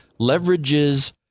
leverages